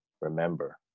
remember